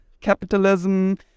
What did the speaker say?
capitalism